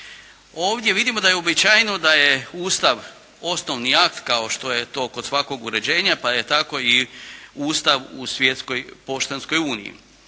Ovdje vidimo da je uobičajeno da je Ustav osnovni akt kao što je to kod svakog uređenja, pa je tako i Ustav u Svjetskoj poštanskoj uniji.